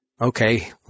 okay